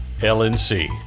LNC